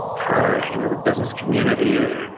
you know the business, community,